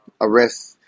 arrest